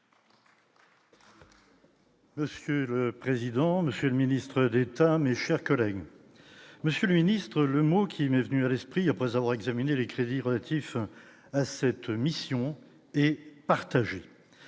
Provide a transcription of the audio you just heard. Monsieur président Monsieur le ministre d'État, mais chers collègues monsieur le ministre, le mot qui m'est venu à l'esprit après avoir examiné les crédits relatifs à cette mission et partagée,